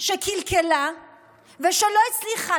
קלקלה ושלא הצליחה,